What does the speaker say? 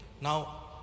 Now